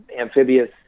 amphibious